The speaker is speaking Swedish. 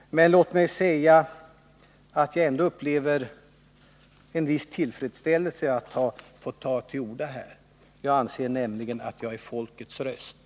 Låt mig säga att jag ändå upplever en viss tillfredsställelse av att ha fått ta till orda här. Jag anser nämligen att jag är folkets röst.